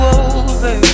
over